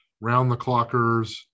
round-the-clockers